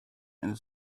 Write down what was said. and